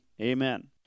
amen